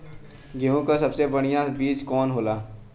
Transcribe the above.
गेहूँक सबसे बढ़िया बिज कवन होला?